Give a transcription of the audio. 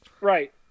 Right